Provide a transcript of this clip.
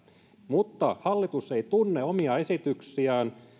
mutta hallitus ei tunne omia esityksiään